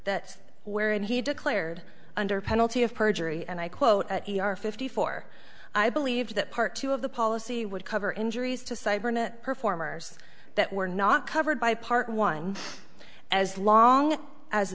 that wherein he declared under penalty of perjury and i quote at e r fifty four i believe that part two of the policy would cover injuries to cybernet performers that were not covered by part one as long as